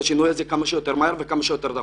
השינוי הזה כמה שיותר מהר וכמה שיותר דחוף.